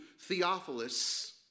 Theophilus